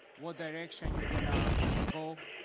what direction you're gonna go?